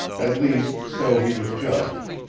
at least so he was judged,